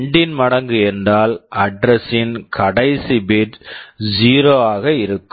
2 இன் மடங்கு என்றால் அட்ரஸ் address ன் கடைசி பிட் bit 0 ஆக இருக்கும்